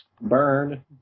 Burn